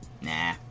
Nah